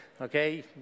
okay